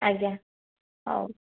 ଆଜ୍ଞା ହଉ